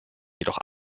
jedoch